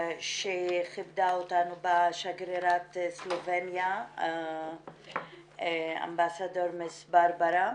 שכיבדה אותנו בה שגרירת סלובניה, גב' ברברה.